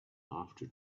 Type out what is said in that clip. after